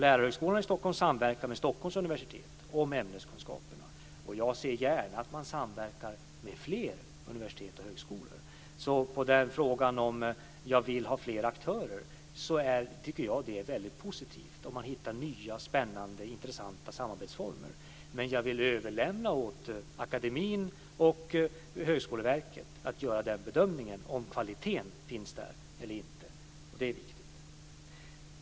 Lärarhögskolan i Stockholm samverkar med Stockholms universitet om ämneskunskaperna. Jag ser gärna att man samverkar med fler universitet och högskolor. På frågan om jag vill ha fler aktörer svarar jag att det är positivt att hitta nya, spännande och intressanta samarbetsformer. Men jag överlämnar åt akademien och Högskoleverket att göra bedömningen om kvaliteten finns där eller inte. Det är viktigt.